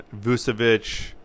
Vucevic